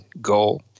goal